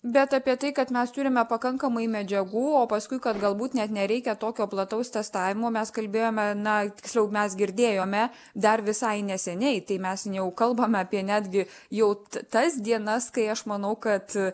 bet apie tai kad mes turime pakankamai medžiagų o paskui kad galbūt net nereikia tokio plataus testavimo mes kalbėjome na tiksliau mes girdėjome dar visai neseniai tai mes jau kalbame apie netgi jau tas dienas kai aš manau kad